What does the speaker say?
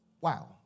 Wow